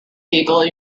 eagle